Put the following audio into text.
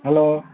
hello